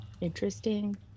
interesting